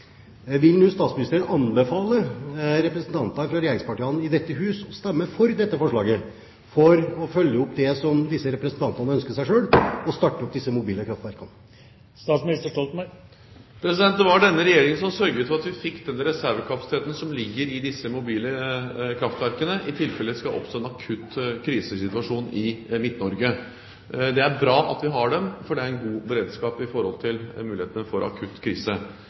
statsministeren: Vil statsministeren nå anbefale representanter fra regjeringspartiene i dette hus å stemme for dette forslaget, for å følge opp det som disse representantene ønsker seg: å starte opp disse mobile kraftverkene? Det var denne regjeringen som sørget for at vi fikk den reservekapasiteten som ligger i disse mobile kraftverkene, i tilfelle det skulle oppstå en akutt krisesituasjon i Midt-Norge. Det er bra at vi har dem, for det er en god beredskap i en mulig akutt krise. Men jeg tror vi er nødt til